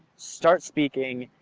start speaking,